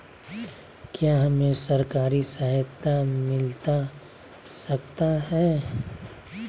क्या हमे सरकारी सहायता मिलता सकता है?